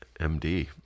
MD